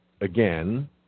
again